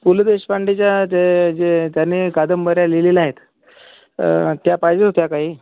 पु ल देशपांडेच्या ते जे त्यांनी कादंबऱ्या लिहिलेल्या आहेत तर त्या पाहिजे होत्या काही